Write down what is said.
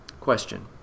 Question